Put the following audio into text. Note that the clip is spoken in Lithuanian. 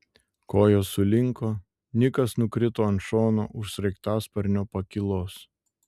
kojos sulinko nikas nukrito ant šono už sraigtasparnio pakylos